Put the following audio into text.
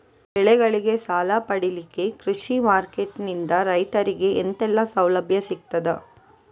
ಬೆಳೆಗಳಿಗೆ ಸಾಲ ಪಡಿಲಿಕ್ಕೆ ಕೃಷಿ ಮಾರ್ಕೆಟ್ ನಿಂದ ರೈತರಿಗೆ ಎಂತೆಲ್ಲ ಸೌಲಭ್ಯ ಸಿಗ್ತದ?